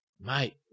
mate